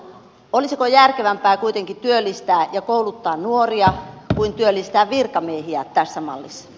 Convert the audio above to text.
olisiko järkevämpää kuitenkin työllistää ja kouluttaa nuoria kuin työllistää virkamiehiä tässä mallissa